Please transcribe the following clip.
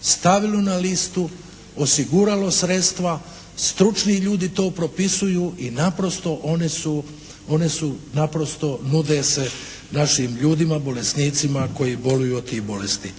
stavilo na listu, osiguralo sredstva, stručni ljudi to propisuju i naprosto oni su, one se naprosto nude se našim ljudima, bolesnicima koji boluju od tih bolesti.